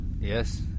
Yes